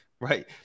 right